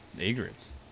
egrets